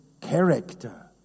character